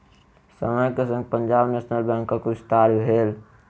समय के संग पंजाब नेशनल बैंकक विस्तार भेल